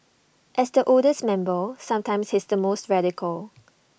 as the oldest member sometimes he's the most radical